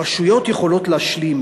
הרשויות יכולות להשלים.